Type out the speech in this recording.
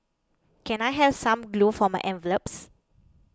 can I have some glue for my envelopes